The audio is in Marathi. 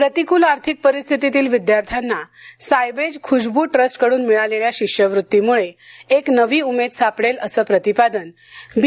प्रतिकूल आर्थिक परिस्थितीतील विद्यार्थ्यांना सायबेज खुशबू ट्रस्टकडून मिळालेल्या शिष्यवृतीमुळे एक नवी उमेद सापडेल असं प्रतिपादन बी